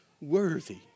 worthy